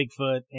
Bigfoot